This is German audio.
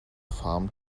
farm